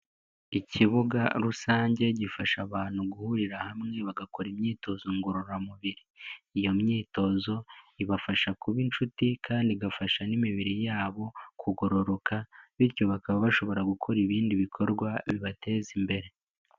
Ikibuga rusange gifasha abantu guhurira hamwe bagakora imyitozo ngororamubiri. Iyo myitozo ibafasha kuba inshuti kandi igafasha n'imibiri yabo kugororoka, bityo bakaba bashobora gukora ibindi bikorwa bibateza imbere.